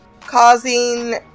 causing